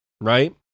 right